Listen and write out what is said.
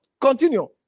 Continue